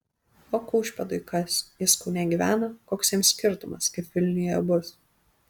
o kaušpėdui kas jis kaune gyvena koks jam skirtumas kaip vilniuje bus